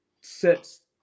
sets